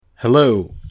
Hello